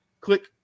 Click